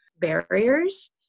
barriers